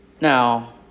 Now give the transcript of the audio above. Now